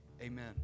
Amen